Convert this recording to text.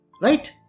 Right